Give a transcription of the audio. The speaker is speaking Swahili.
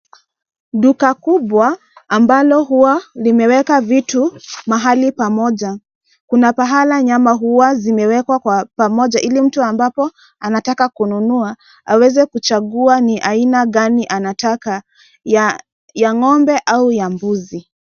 Duka kubwa ambalo huwa limeweka vitu mahali pamoja, kuna pahala nyama huwa zimewekwa kwa pamoja ili mtu ambapo anataka kununua aweze kuchagua ni aina gani anataka ya ng'ombe au ya mbuzi.